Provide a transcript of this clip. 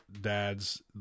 dads